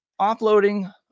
offloading